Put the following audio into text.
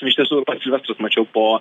iš tiesų pats silvestras mačiau po